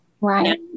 right